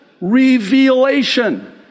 revelation